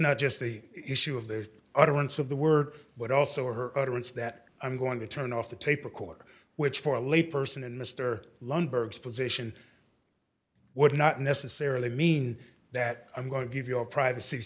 not just the issue of the utterance of the word but also her utterance that i'm going to turn off the tape recorder which for a lay person and mr lundberg position would not necessarily mean that i'm going to give your privacy